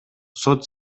сот